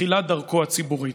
בתחילת דרכו הציבורית.